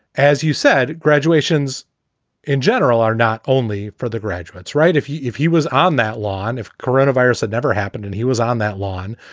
as you said, graduations in general are not only for the graduates. right. if if he was on that lawn, if coronavirus had never happened and he was on that lawn,